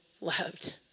loved